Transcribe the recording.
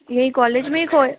यहीं कॉलेज में ही खोया